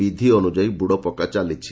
ବିଧି ଅନୁଯାୟୀ ବୁଡ଼ ପକା ଚାଲିଛି